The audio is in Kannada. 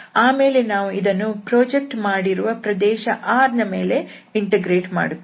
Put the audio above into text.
ಆಮೇಲೆ ನಾವು ಇದನ್ನು ಪ್ರಾಜೆಕ್ಟ್ ಮಾಡಿರುವ ಪ್ರದೇಶ R ನ ಮೇಲೆ ಇಂಟಿಗ್ರೇಟ್ ಮಾಡುತ್ತೇವೆ